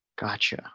Gotcha